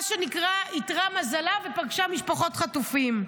מה שנקרא, איתרע מזלה ופגשה משפחות חטופים.